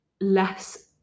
less